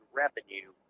revenue